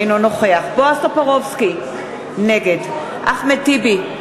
אינו נוכח בועז טופורובסקי, נגד אחמד טיבי,